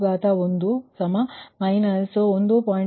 0067 ಆಗುತ್ತದೆ